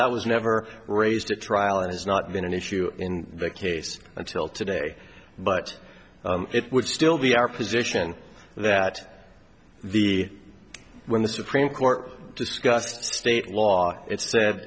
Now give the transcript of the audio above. that was never raised at trial and has not been an issue in the case until today but it would still be our position that the when the supreme court discussed state law it sa